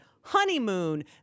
Honeymoon